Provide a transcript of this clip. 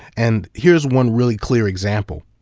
and here's one really clear example.